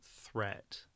threat